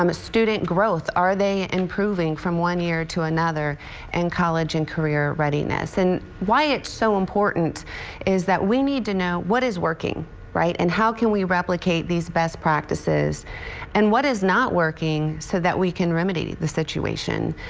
um student growth, are they improving from one year to another in college and career readiness, and why it's so important is that we need to know what is working and how can we replicate these best practices and what is not working so that we can remedy the situation.